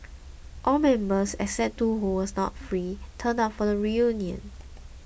all members except two who were not free turned up for reunion